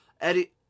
Eddie